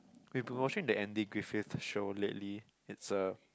we've been watching the Andy-Griffith show lately it's a